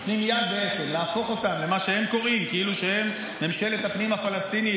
אנחנו נותנים יד להפוך אותם למה שהם קוראים ":ממשלת הפנים הפלסטינית".